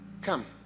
come